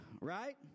right